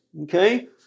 okay